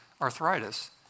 arthritis